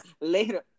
Later